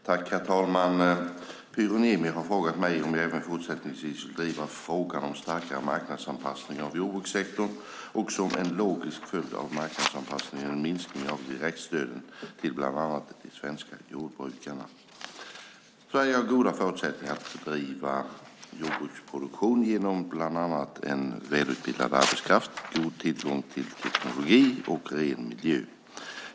Herr talman! Pyry Niemi har frågat mig om jag även fortsättningsvis vill driva frågan om starkare marknadsanpassning av jordbrukssektorn och som en logisk följd av marknadsanpassningen en minskning av direktstöden till bland annat de svenska jordbrukarna. Sverige har goda förutsättningar för att bedriva jordbruksproduktion genom bland annat välutbildad arbetskraft, god tillgång till teknologi och ren miljö.